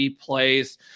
plays